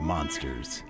Monsters